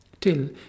Till